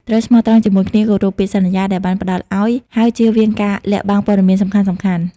ត្រូវស្មោះត្រង់ ជាមួយគ្នា គោរពពាក្យសន្យាដែលបានផ្តល់ឱ្យ ហើយជៀសវាងការលាក់បាំងព័ត៌មានសំខាន់ៗ។